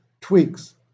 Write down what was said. tweaks